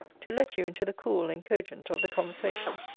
to let you into the cool and cogent of the conversation.